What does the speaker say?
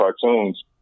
cartoons